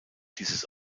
dieses